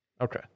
okay